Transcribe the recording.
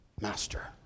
master